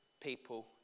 people